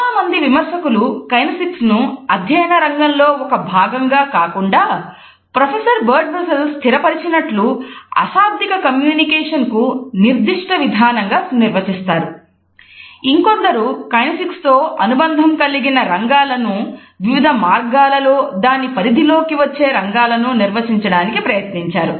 చాలామంది విమర్శకులు కైనేసిక్స్ తో అనుబంధం కలిగిన రంగాలను వివిధ మార్గాలలో దాని పరిధిలోకి వచ్చే రంగాలను నిర్వచించడానికి ప్రయత్నించారు